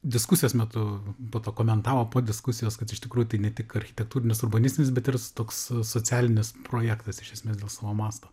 diskusijos metu po to komentavo po diskusijos kad iš tikrųjų tai ne tik architektūrinis urbanistinis bet ir toks socialinis projektas iš esmės dėl savo masto